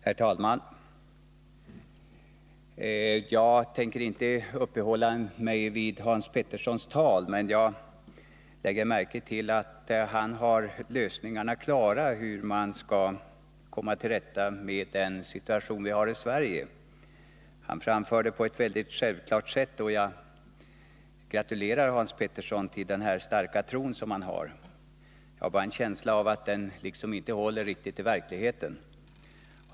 Herr talman! Jag tänker inte uppehålla mig vid Hans Peterssons i Hallstahammar anförande, men jag lade märke till att han hade lösningarna klara för hur man skall komma till rätta med den situation vi har i Sverige. Han framförde sitt recept på ett mycket självklart sätt, och jag gratulerar Hans Petersson till den starka tro han har. Jag har bara en känsla av att den inte riktigt håller i verkligheten.